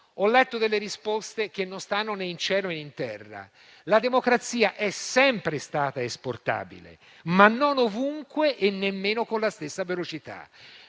Ho letto delle risposte che non stanno né in cielo, né in terra. La democrazia è sempre stata esportabile, ma non ovunque e nemmeno con la stessa velocità.